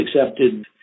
accepted